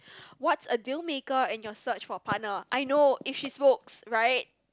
what's a deal maker in your search for a partner I know if she smokes right